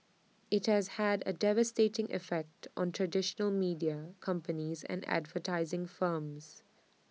IT has had A devastating effect on traditional media companies and advertising firms